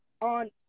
on